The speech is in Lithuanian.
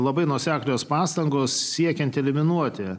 labai nuoseklios pastangos siekiant eliminuoti